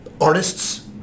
artists